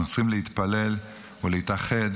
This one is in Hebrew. אנחנו צריכים להתפלל ולהתאחד,